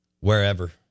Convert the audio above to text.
wherever